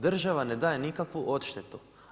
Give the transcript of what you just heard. Država ne daje nikakvu odštetu.